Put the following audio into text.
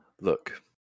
Look